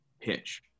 pitch